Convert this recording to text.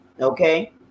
okay